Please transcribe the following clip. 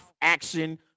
action